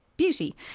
Beauty